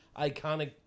iconic